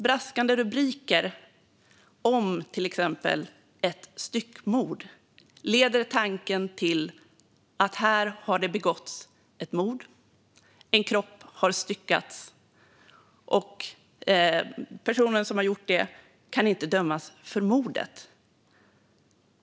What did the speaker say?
Braskande rubriker om till exempel ett styckmord leder tanken till att det har begåtts ett mord, att en kropp har styckats och att personen som gjort det inte kan dömas för mordet.